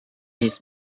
his